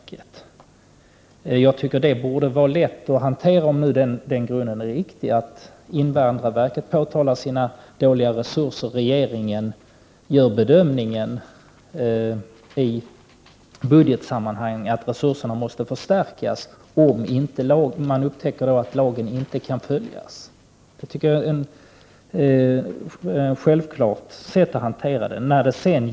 Jag tycker att det borde vara lätt att hantera, om nu den grunden är riktig: invandrarverket påtalar sina dåliga resurser och regeringen gör bedömningen i budgetsammanhang att resurserna måste förstärkas, om man upptäcker att lagen inte kan följas. Det tycker jag är ett självklart sätt att hantera en sådan sak.